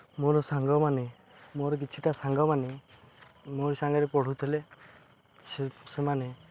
ମୋର ସାଙ୍ଗମାନେ ମୋର କିଛିଟା ସାଙ୍ଗମାନେ ମୋର ସାଙ୍ଗରେ ପଢ଼ୁଥିଲେ ସେ ସେମାନେ